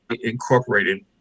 incorporated